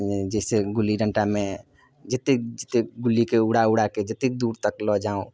मे जैसे गुल्ली डण्टामे जतेक जतेक गुल्लीके उड़ा उड़ाके जतेक दूर तक लऽ जाउ